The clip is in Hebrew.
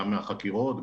גם מהחקירות,